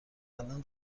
الان